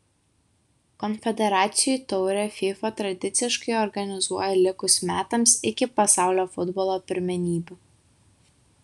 konfederacijų taurę fifa tradiciškai organizuoja likus metams iki pasaulio futbolo pirmenybių